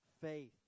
faith